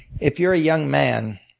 if you're a young man,